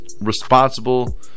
responsible